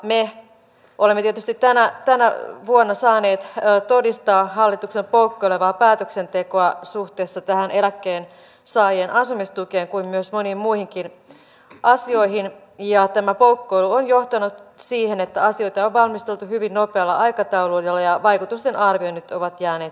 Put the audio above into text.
me olemme tietysti tänä vuonna saaneet todistaa hallituksen poukkoilevaa päätöksentekoa niin suhteessa tähän eläkkeensaajan asumistukeen kuin moniin muihinkin asioihin ja tämä poukkoilu on johtanut siihen että asioita on valmisteltu hyvin nopealla aikataululla ja vaikutustenarvioinnit ovat jääneet tekemättä